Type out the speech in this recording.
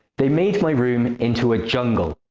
they made my room and into a jungle!